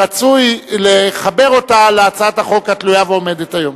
רצוי לחבר אותה להצעת החוק התלויה ועומדת היום.